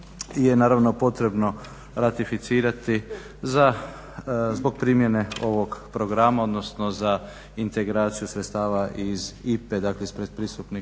je naravno potrebno ratificirati zbog primjene ovog programa, odnosno za integraciju sredstava iz IPA-e, dakle iz pretpristupnih